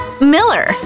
Miller